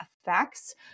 effects